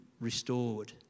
restored